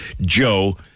Joe